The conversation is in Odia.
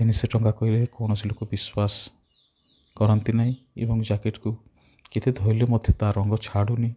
ତିନିଶହ ଟଙ୍କା କହିଲେ କୌଣସି ଲୋକ ବିଶ୍ୱାସ କରନ୍ତି ନାହିଁ ଏବଂ ଜ୍ୟାକେଟ୍କୁ ଯେତେ ଧୋଇଲେ ମଧ୍ୟ ତାର ରଙ୍ଗ ଛାଡ଼ୁନି